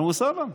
אהלן וסהלן.